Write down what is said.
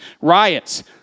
riots